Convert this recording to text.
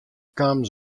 kamen